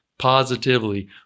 positively